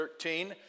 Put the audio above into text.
13